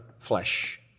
flesh